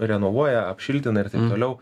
renovuoja apšiltina ir taip toliau